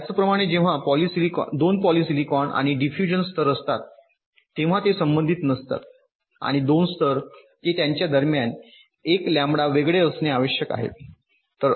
त्याचप्रमाणे जेव्हा 2 पॉलिसिलिकॉनआणि डिफ्यूजन स्तर असतात तेव्हा ते संबंधित नसतात आणि 2 स्तर ते त्यांच्या दरम्यान 1 लॅम्बडा वेगळे असणे आवश्यक आहे